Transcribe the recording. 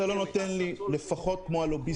חבל שאתה לא נותן לי לדבר לפחות כמו הלוביסטים.